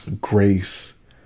Grace